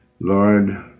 Lord